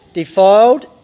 defiled